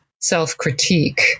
self-critique